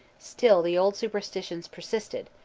still the old superstitions persisted,